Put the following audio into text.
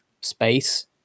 space